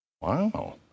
Wow